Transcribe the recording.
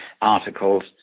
articles